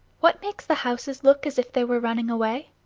what makes the houses look as if they were running away?